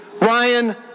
Ryan